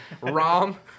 Rom